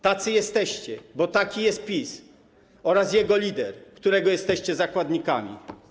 Tacy jesteście, bo taki jest PiS oraz jego lider, którego jesteście zakładnikami.